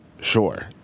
sure